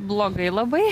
blogai labai